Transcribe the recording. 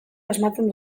asmatzen